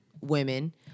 women